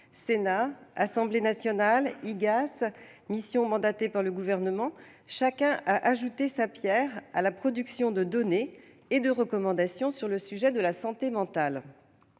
affaires sociales), missions mandatées par le Gouvernement : chacun a ajouté sa pierre à la production de données et de recommandations sur le sujet de la santé mentale.